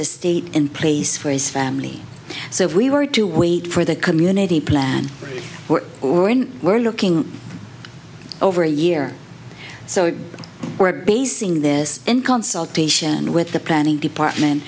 estate in place for his family so if we were to wait for the community plan we're looking over a year so we're basing this in consultation with the planning department